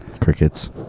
Crickets